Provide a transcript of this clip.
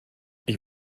ich